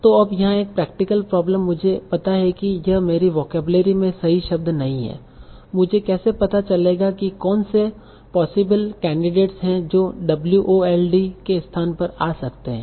तो अब यहाँ एक प्रैक्टिकल प्रॉब्लम मुझे पता है कि यह मेरी वोकेबलरी में सही शब्द नहीं है मुझे कैसे पता चलेगा कि कौन से पॉसिबल कैंडिडेटस हैं जो w o l d के स्थान पर आ सकते हैं